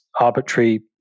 arbitrary